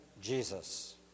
Jesus